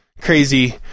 crazy